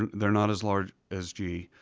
and they're not as large as g.